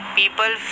people